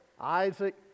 Isaac